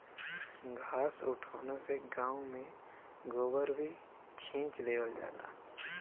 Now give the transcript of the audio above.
घास उठौना से गाँव में गोबर भी खींच देवल जाला